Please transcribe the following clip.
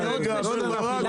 זה מאוד משגע אותי.